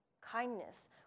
kindness